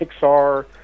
Pixar